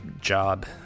job